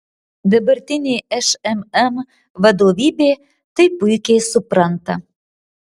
dabartinė šmm vadovybė tai puikiai supranta